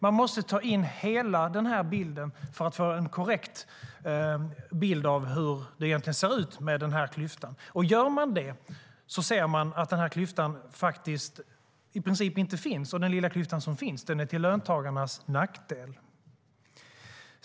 Man måste ta in hela bilden för att få en korrekt illustration av hur det egentligen ser ut med den här klyftan. Gör man det ser man att klyftan i princip inte finns och att den lilla klyfta som finns är till löntagarnas nackdel.